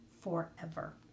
forever